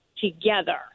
together